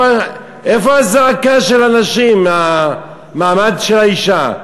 איפה הזעקה של הנשים ממעמד האישה?